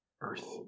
Earth